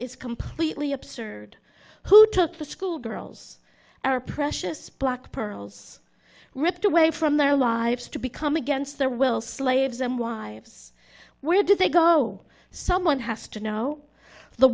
it's completely absurd who took the schoolgirls our precious black pearls ripped away from their lives to become against their will slaves and wives where did they go someone has to know the